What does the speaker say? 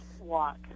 walk